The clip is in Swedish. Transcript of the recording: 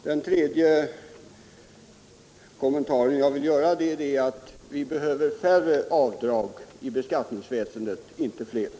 Den tredje kommentar jag vill göra är att vi behöver färre avdrag i skattesystemet, inte flera.